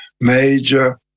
major